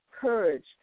courage